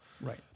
Right